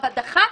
הדח"צים,